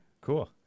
cool